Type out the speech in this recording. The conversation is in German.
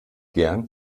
gern